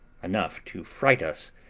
enough to fright us,